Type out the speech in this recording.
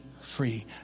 free